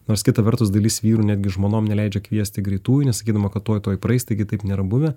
nors kita vertus dalis vyrų netgi žmonom neleidžia kviesti greitųjų nes sakydama kad tuoj tuoj praeis taigi taip nėra buvę